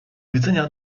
widzenia